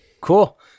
Cool